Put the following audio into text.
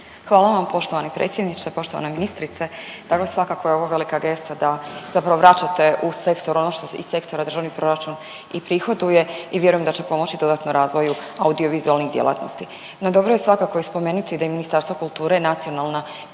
Hvala vam poštovani predsjedniče, poštovana ministrice. Dakle, svakako je ovo velika gesta da zapravo vraćate u sektor ono što i sektor državni proračun i prihoduje i vjerujem da će pomoći dodatno razvoju audio-vizualnih djelatnosti. No dobro je svakako i spomenuti da je i Ministarstvo kulture nacionalna kontaktna